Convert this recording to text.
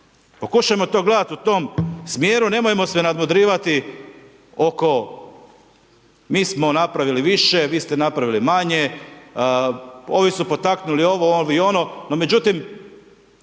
Pokušajmo to gledati u tom smjeru, nemojmo se nadmudrivati oko mi smo napravili više, vi ste napravili manje, ovi su potaknuli ovo i ono, no međutim,